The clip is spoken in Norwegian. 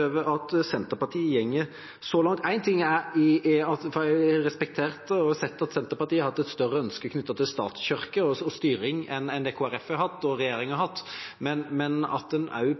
over at Senterpartiet går så langt. En ting er det jeg respekterer og har sett, at Senterpartiet har hatt et større ønske knyttet til statskirke og styring enn det Kristelig Folkeparti og regjeringa har hatt, men at man også på kontrollsporet er opptatt av et antallskrav på 100, som vil bidra til at